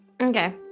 Okay